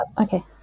Okay